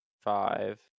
five